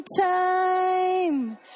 time